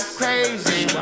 crazy